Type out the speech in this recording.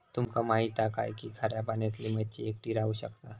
तुमका माहित हा काय की खाऱ्या पाण्यातली मच्छी एकटी राहू शकता